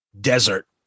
Desert